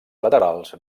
laterals